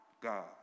God